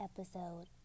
episode